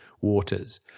waters